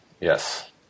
Yes